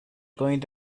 going